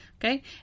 Okay